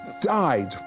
died